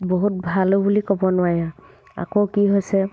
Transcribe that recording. বহুত ভালো বুলি ক'ব নোৱাৰি আকৌ কি হৈছে